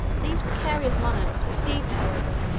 these precarious monarchs received, however,